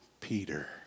Peter